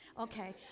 Okay